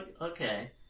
Okay